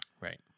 Right